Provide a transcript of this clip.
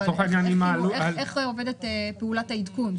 איך עובדת פעולת העדכון?